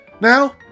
Now